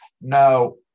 No